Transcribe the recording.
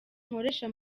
nkoresha